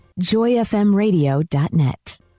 joyfmradio.net